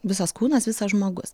visas kūnas visas žmogus